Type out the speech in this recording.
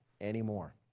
anymore